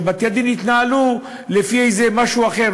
שבתי-הדין יתנהלו לפי איזה משהו אחר,